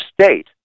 state